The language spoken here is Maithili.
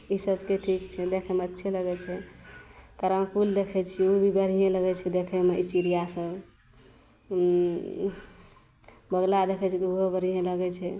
ई सबके ठीक छै देखैमे अच्छे लगै छै कराँकुल देखै छिए ओभी बढ़िएँ लगै छै देखैमे ई चिड़िआँसब बगुला देखै छिए तऽ ओहो बढ़िएँ लगै छै